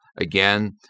again